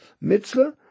mitzvah